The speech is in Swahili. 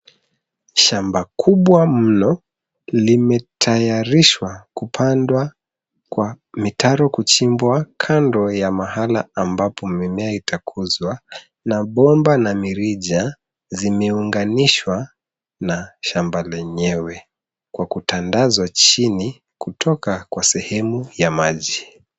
Shamba kubwa mno limetayarishwa kupandwa kwa mitaro kuchimbwa kando ya mahala ambapo mimea itakuzwa na bomba na mirija zimeunganishwa na shamba lenyewe kwa kutandazwa chini kutoka kwa sehemu ya maji.